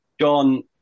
John